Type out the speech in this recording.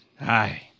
Hi